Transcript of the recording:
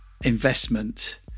investment